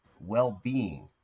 well-being